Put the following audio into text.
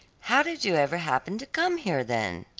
how did you ever happen to come here, then?